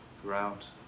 throughout